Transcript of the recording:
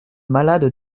malade